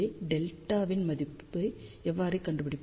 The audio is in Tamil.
எனவே δ ன் மதிப்பை எவ்வாறு கண்டுபிடிப்பது